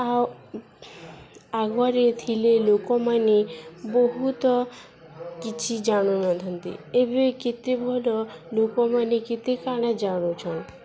ଆଉ ଆଗରେ ଥିଲେ ଲୋକମାନେ ବହୁତ କିଛି ଜାଣୁ ନଥାନ୍ତି ଏବେ କେତେ ଭଲ ଲୋକମାନେ କେତେ କାଣା ଜାଣୁଛନ୍